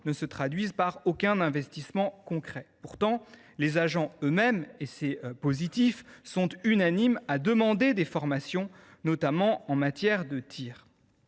ne se traduisent par aucun investissement concret. Pourtant, les agents sont unanimes à demander des formations, notamment en matière de tir,